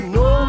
no